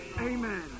amen